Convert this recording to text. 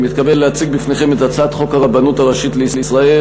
אני מתכבד להציג בפניכם את הצעת חוק הרבנות הראשית לישראל